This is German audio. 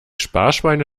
sparschweine